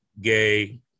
gay